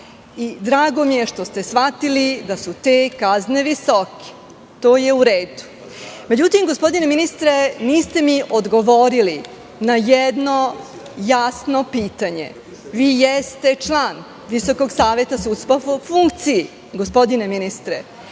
Drago mi je što ste shvatili da su te kazne visoke. To je uredu.Međutim, gospodine ministre, niste mi odgovorili na jedno jasno pitanje. Vi jeste član Visokog saveta sudstva po funkciji, gospodine ministre,